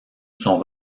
sont